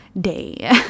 day